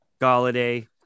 Galladay